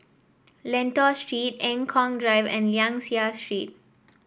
Lentor Street Eng Kong Drive and Liang Seah Street